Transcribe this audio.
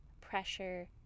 pressure